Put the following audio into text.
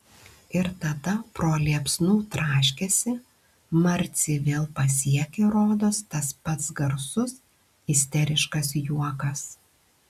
ir tada pro liepsnų traškesį marcį vėl pasiekė rodos tas pats garsus isteriškas juokas